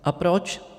A proč?